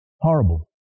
horrible